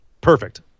Perfect